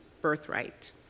birthright